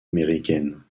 américaine